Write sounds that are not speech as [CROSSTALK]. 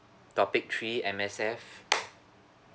topic three M_S_F [NOISE]